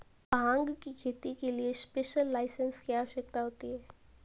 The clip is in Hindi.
भांग की खेती के लिए स्पेशल लाइसेंस की आवश्यकता होती है